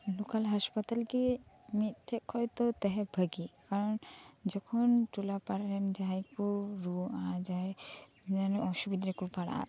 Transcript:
local ᱦᱟᱸᱥᱯᱟᱛᱟᱞ ᱜᱮ ᱢᱤᱫ ᱥᱮᱫ ᱠᱷᱚᱡ ᱫᱚ ᱛᱟᱦᱮᱸ ᱵᱷᱟᱜᱤ ᱟᱨ ᱡᱚᱠᱷᱚᱱ ᱴᱚᱞᱟ ᱯᱟᱲᱟ ᱨᱮᱱ ᱡᱟᱦᱟᱸᱭ ᱠᱚ ᱨᱩᱣᱟᱹᱜᱼᱟ ᱡᱟᱦᱟᱸᱭ ᱫᱚᱢᱮ ᱚᱥᱵᱤᱫᱟ ᱨᱮᱠᱚ ᱯᱟᱲᱟᱜᱼᱟ